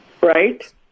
Right